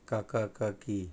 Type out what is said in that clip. काका काकी